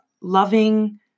loving